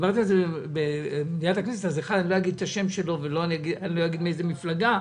אז מישהו אמר לי לא משנה השם ולא משנה מאיזו מפלגה,